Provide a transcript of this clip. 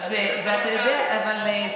איזה מנכ"לית?